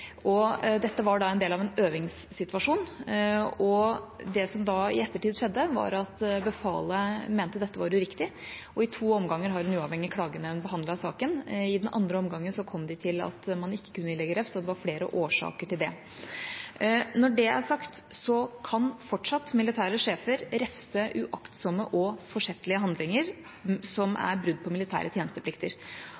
Dette var del av en øvingssituasjon, og det som i ettertid skjedde, var at befalet mente dette var uriktig, og i to omganger har en uavhengig klagenemnd behandlet saken. I den andre omgangen kom de til at man ikke kunne ilegge refs, og det var flere årsaker til det. Når det er sagt, kan militære sjefer fortsatt refse uaktsomme og forsettlige handlinger som